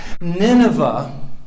Nineveh